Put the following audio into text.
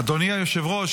אדוני היושב-ראש,